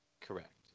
correct